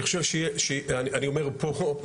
אני אומר פה,